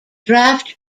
draught